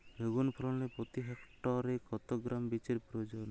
বেগুন ফলনে প্রতি হেক্টরে কত গ্রাম বীজের প্রয়োজন হয়?